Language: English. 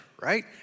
right